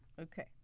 Okay